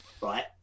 right